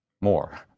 more